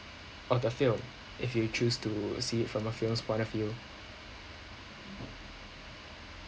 of the film if you choose to see it from a film's point of view